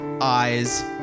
eyes